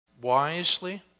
Wisely